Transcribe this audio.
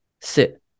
sit